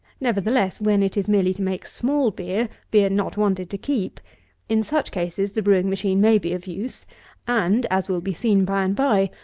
nevertheless, when it is merely to make small beer beer not wanted to keep in such cases the brewing machine may be of use and, as will be seen by-and-by,